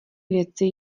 věci